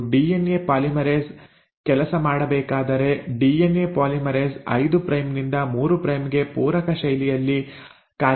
ಮತ್ತು DNA polymerase ಕೆಲಸ ಮಾಡಬೇಕಾದರೆ ಡಿಎನ್ಎ ಪಾಲಿಮರೇಸ್ 5 ಪ್ರೈಮ್ ನಿಂದ 3 ಪ್ರೈಮ್ ಗೆ ಪೂರಕ ಶೈಲಿಯಲ್ಲಿ ಕಾರ್ಯನಿರ್ವಹಿಸುತ್ತದೆ